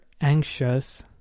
anxious